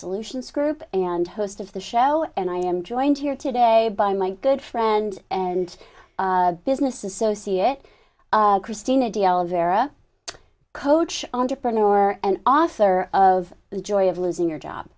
solutions group and host of the show and i am joined here today by my good friend and business associate christina d'oliveira coach entrepreneur and author of the joy of losing your job